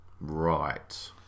Right